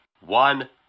one